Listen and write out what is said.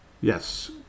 Yes